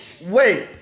Wait